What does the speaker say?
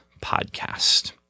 Podcast